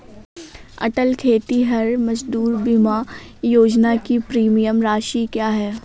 अटल खेतिहर मजदूर बीमा योजना की प्रीमियम राशि क्या है?